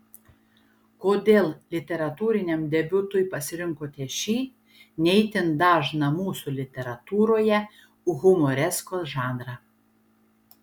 kodėl literatūriniam debiutui pasirinkote šį ne itin dažną mūsų literatūroje humoreskos žanrą